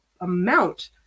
amount